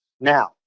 Now